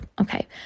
Okay